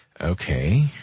Okay